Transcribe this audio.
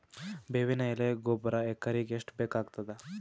ಬೇವಿನ ಎಲೆ ಗೊಬರಾ ಎಕರೆಗ್ ಎಷ್ಟು ಬೇಕಗತಾದ?